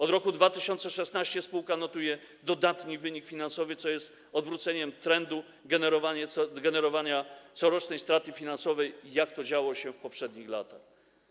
Od roku 2016 spółka notuje dodatni wynik finansowy, co jest odwróceniem trendu generowania corocznej straty finansowej, jak to działo się w poprzednich latach.